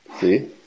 See